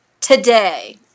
today